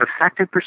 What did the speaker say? effective